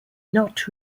not